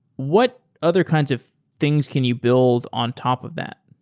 what other kinds of things can you build on top of that?